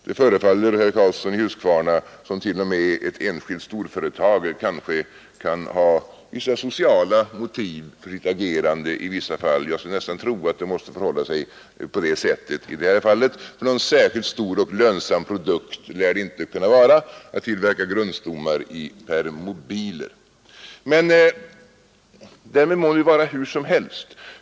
Det förefaller, herr Karlsson i Huskvarna, som om t.o.m. ett enskilt storföretag kanske kan ha vissa sociala motiv för sitt agerande i en del fall. Jag skulle nästan tro att det måste förhålla sig på det sättet i det här fallet. Någon särskilt stor och lönsam produktion lär det inte kunna vara att tillverka grundstommar till Permobiler. Men därmed må vara hur som helst.